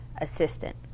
assistant